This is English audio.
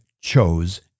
chose